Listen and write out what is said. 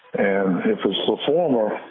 and if it's the former